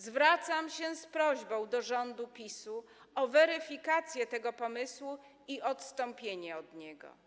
Zwracam się z prośbą do rządu PiS-u o weryfikację tego pomysłu i odstąpienie od niego.